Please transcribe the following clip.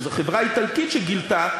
זו חברה איטלקית שגילתה,